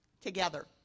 together